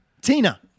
Tina